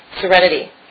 serenity